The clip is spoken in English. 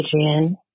adrian